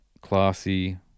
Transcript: classy